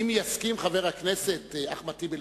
אם יסכים חבר הכנסת אחמד טיבי,